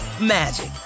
magic